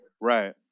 right